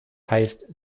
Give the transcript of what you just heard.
heißt